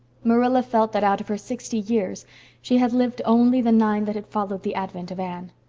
marilla felt that out of her sixty years she had lived only the nine that had followed the advent of anne.